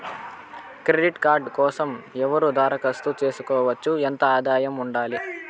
Credit card కోసం ఎవరు దరఖాస్తు చేసుకోవచ్చు? ఎంత ఆదాయం ఉండాలి?